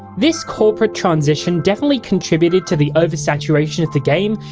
this corporate transition definitely contributed to the over saturation of the game,